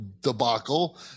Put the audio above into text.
debacle